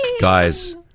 Guys